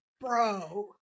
Bro